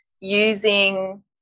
using